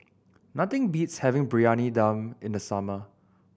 nothing beats having Briyani Dum in the summer